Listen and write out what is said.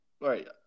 right